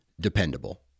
dependable